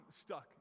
stuck